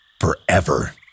forever